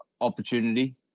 opportunity